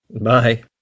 Bye